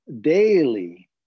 daily